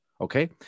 okay